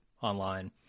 online